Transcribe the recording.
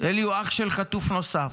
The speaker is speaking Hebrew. אלי הוא אח של חטוף נוסף,